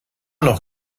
noch